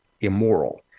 immoral